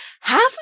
half